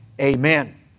Amen